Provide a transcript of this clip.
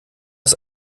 ist